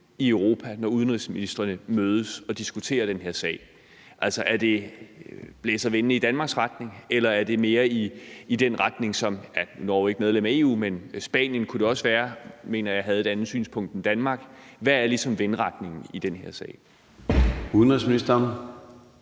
i Europa, når udenrigsministrene mødes og diskuterer den her sag. Altså, blæser vindene i Danmarks retning, eller er de mere i retning af Norge, der ikke er medlem af EU? Eller kunne det være i retning af Spanien, der, mener jeg, også havde et andet synspunkt end Danmark? Hvad er ligesom vindretningen i den her sag? Kl.